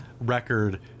record